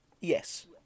yes